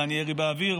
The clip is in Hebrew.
נתן ירי באוויר,